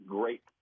great